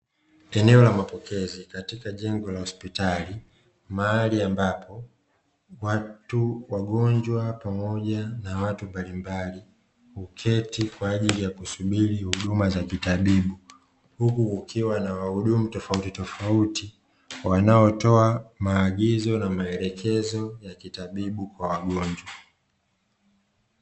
Eneo la mapokezi katika jengo la hospitali mahali ambapo wagonjwa pamoja na watu mbalimbali, huketi kwaajili ya kusubili huduma za kitabibu huku kukiwa na wahudumu tofautitofauti wanotoa magizo na maelekezo ya kitabibu kwa wagonjwa.